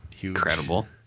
incredible